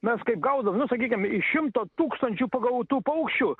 mes kai gaudom nu sakykim iš šimto tūkstančių pagautų paukščių